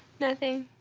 nothing.